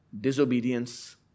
disobedience